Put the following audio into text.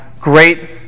great